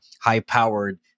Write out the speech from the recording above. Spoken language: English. high-powered